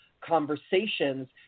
conversations